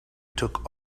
took